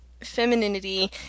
femininity